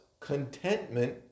contentment